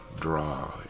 draw